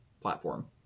platform